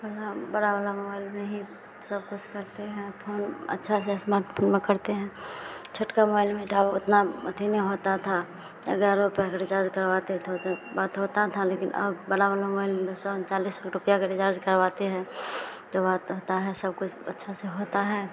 बड़ा बड़ा वाला मोबाइल में ही सब कुछ करते हैं फोन अच्छा से इस्मार्टफोन में करते हैं छुटका मोबाइल में ठा उतना अथी नहीं होता था ग्यारह रुपये का रिचार्ज करवाते थे तो बात होता था लेकिन अब बड़ा वाला मोबाइल में दो सौ ऊंचालीस रुपये का रिचार्ज करवाते हैं तो बात होती है सब कुछ अच्छा से होता है